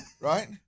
Right